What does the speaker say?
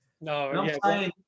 No